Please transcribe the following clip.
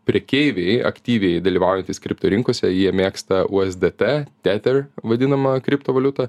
prekeiviai aktyviai dalyvaujantys kripto rinkose jie mėgsta uesdėtė teter vadinamą kriptovaliutą